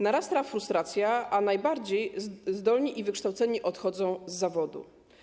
Narasta frustracja, a najbardziej zdolni i wykształceni odchodzą z zawodu.